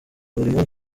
barimo